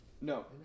No